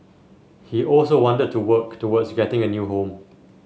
he also wanted to work towards getting a new home